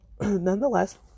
nonetheless